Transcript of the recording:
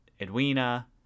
Edwina